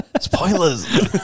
Spoilers